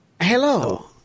hello